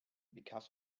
because